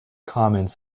commons